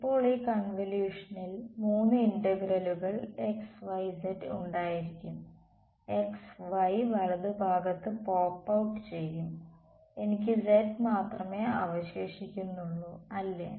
ഇപ്പോൾ ഈ കൺവല്യൂഷനിൽ 3 ഇന്റഗ്രലുകൾ xyz ഉണ്ടായിരിക്കും x y വലതുഭാഗത്ത് പോപ്പ് ഔട്ട് ചെയ്യും എനിക്ക് z മാത്രമേ അവശേഷിക്കുന്നുള്ളൂ അല്ലേ